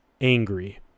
angry